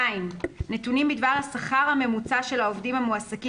נתונים בדבר השכר הממוצע של העובדים המועסקים